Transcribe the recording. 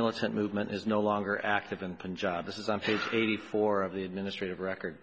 militant movement is no longer active in punjab this is on page eighty four of the administrative record